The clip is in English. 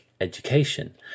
Education